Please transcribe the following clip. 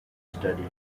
study